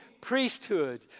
priesthood